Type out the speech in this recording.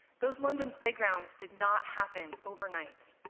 those london playgrounds did not happen overnight.